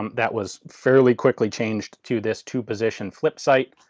um that was fairly quickly changed to this two-position flip sight,